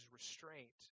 restraint